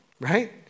Right